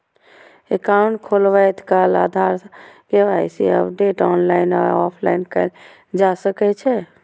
account खोलबैत काल आधार सं के.वाई.सी अपडेट ऑनलाइन आ ऑफलाइन कैल जा सकै छै